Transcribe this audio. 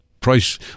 price